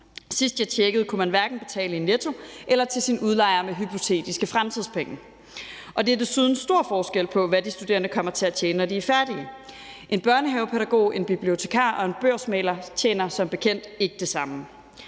Sidst jeg tjekkede, kunne man hverken betale i Netto eller til sin udlejer med hypotetiske fremtidspenge, og der er desuden stor forskel på, hvad de studerende kommer til at tjene, når de er færdige. En børnehavepædagog, en bibliotekar og en børsmægler tjener som bekendt ikke det samme.